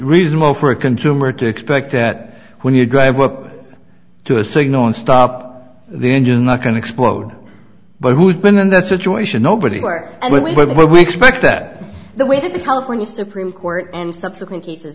reasonable for a consumer to expect that when you drive up to a signal on stop then you're not going to explode but who've been in that situation nobody hurt and with what we expect that the way that the california supreme court and subsequent cases